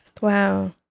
wow